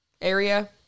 area